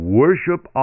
worship